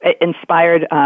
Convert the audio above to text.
inspired